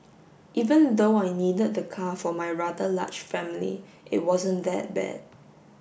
even though I needed the car for my rather large family it wasn't that bad